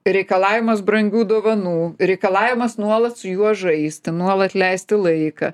reikalavimas brangių dovanų reikalavimas nuolat su juo žaisti nuolat leisti laiką